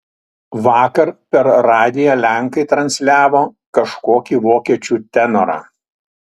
vakar per radiją lenkai transliavo kažkokį vokiečių tenorą